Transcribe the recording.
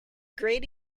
great